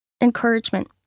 encouragement